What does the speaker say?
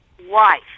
wife